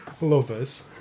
lovers